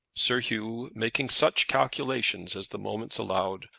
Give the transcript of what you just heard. sir hugh, making such calculations as the moments allowed,